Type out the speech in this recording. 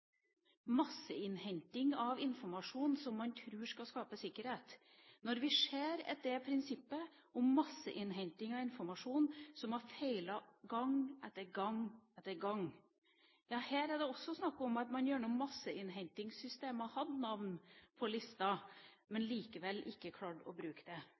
masseinnhenting av informasjon som man tror skal skape sikkerhet – når vi ser at prinsippet om masseinnhenting av informasjon har feilet gang etter gang etter gang. Her ble det også snakk om at man gjennom masseinnhentingssystemer hadde navn på lister, men at man likevel ikke klarte å bruke det.